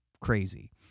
crazy